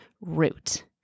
root